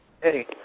hey